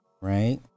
right